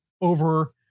over